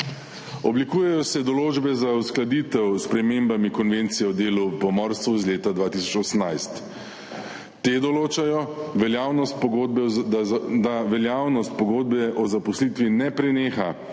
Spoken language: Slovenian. Oblikujejo se določbe za uskladitev s spremembami Konvencije o delu v pomorstvu iz leta 2018. Te določajo, da veljavnost pogodbe o zaposlitvi ne preneha,